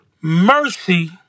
mercy